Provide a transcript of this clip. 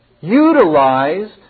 utilized